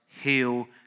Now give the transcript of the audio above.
heal